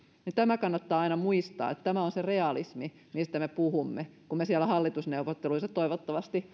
tämä kannattaa aina muistaa että tämä on se realismi mistä me puhumme kun me siellä hallitusneuvotteluissa toivottavasti